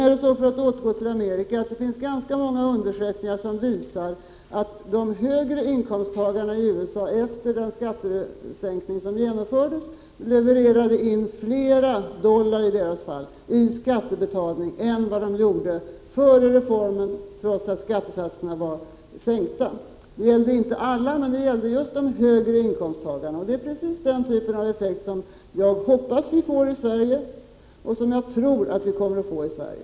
För att återgå till Amerika vill jag säga att det finns ganska många undersökningar som visar att de högre inkomsttagarna i USA efter den skattesänkning som genomfördes levererade in flera dollar i skatt än vad de gjorde före reformen, trots att skattesatserna hade sänkts. Det gällde inte alla, men det gällde just de högre inkomsttagarna. Det är precis den typen av effekt som jag hoppas och tror att vi kommer att få i Sverige.